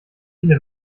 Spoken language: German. viele